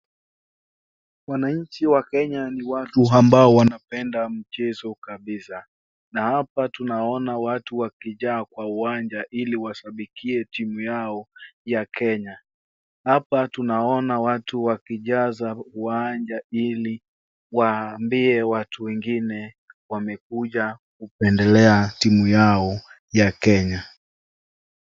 Wananchi wa Kenya ni watu ambao wanapenda michezo kabisa, na hapa tunaona watu wakijaa kwa uwanja ili washabikie timu yao ya Kenya. Hapa tunaona watu wakijaza uwanja ili waambie watu wengine wamekuja kupendelea timu yao ya Kenya.